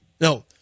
No